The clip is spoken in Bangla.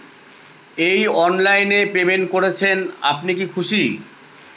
এই অনলাইন এ পেমেন্ট করছেন আপনি কি খুশি?